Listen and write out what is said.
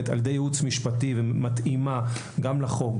על ידי ייעוץ משפטי ומתאימה גם לחוק,